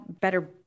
better